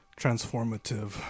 transformative